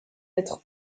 être